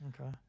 Okay